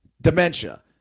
dementia